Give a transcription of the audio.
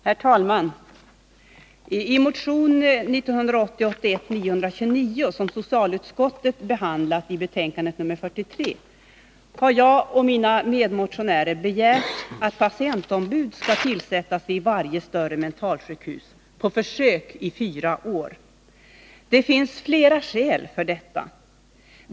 Herr talman! I motion 1980/81:929, som socialutskottet behandlat i betänkande nr 43, har jag och mina medmotionärer begärt att patientombud skall tillsättas vid varje större mentalsjukhus på försök i fyra år. Det finns flera skäl för detta.